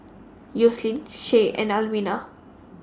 Yoselin Shay and Alwina